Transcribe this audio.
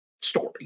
story